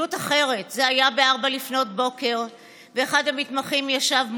עדות אחרת: זה היה ב-04:00 ואחד המתמחים ישב מולה.